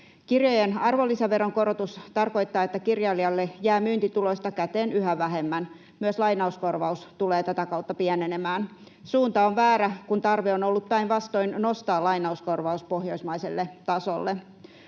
Kirjojen arvonlisäveron korotus tarkoittaa, että kirjailijalle jää myyntituloista käteen yhä vähemmän. Myös lainauskorvaus tulee tätä kautta pienenemään. Suunta on väärä, kun tarve on ollut päinvastoin nostaa lainauskorvaus pohjoismaiselle tasolle.